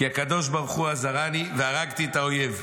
כי הקדוש ברוך הוא עזרני והרגתי את האויב,